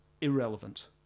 irrelevant